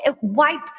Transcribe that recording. wipe